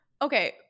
Okay